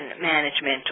management